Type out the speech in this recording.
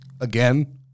again